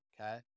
okay